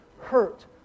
hurt